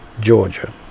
Georgia